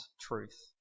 truth